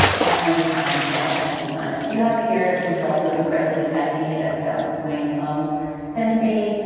all kinds of time. he's got all kinds of time. you have to hear it because it's also incredibly catchy as fountains of wayne songs tend to be,